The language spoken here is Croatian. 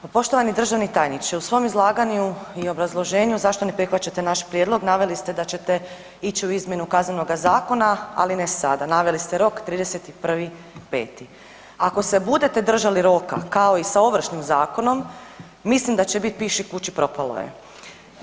Pa poštovani državni tajniče, u svom obrazlaganju i obrazloženju zašto ne prihvaćate naš prijedlog naveli ste da ćete ići u izmjenu Kaznenoga zakona, ali ne sada, naveli ste rok 31.5. ako se budete držali roka kao i sa Ovršnim zakonom, mislim da će biti piši kući propalo je.